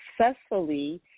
successfully